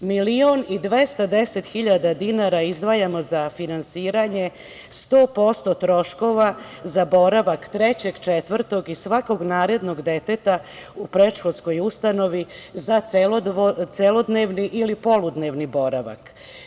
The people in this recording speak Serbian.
Milion i 210 hiljada dinara izdvojeno za finansiranje 100% troškova za boravak, trećeg, četvrtog i svakog narednog deteta u predškolskoj ustanovi za celodnevni ili poludnevni boravak.